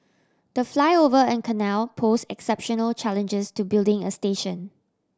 the flyover and canal pose exceptional challenges to building a station